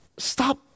Stop